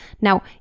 Now